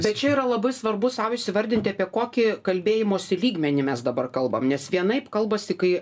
tai čia yra labai svarbu sau įvardinti apie kokį kalbėjimosi lygmenį mes dabar kalbam nes vienaip kalbasi kai